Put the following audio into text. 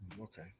Okay